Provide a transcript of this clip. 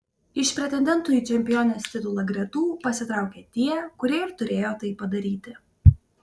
iš pretendentų į čempionės titulą gretų pasitraukė tie kurie ir turėjo tai padaryti